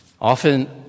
Often